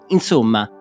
Insomma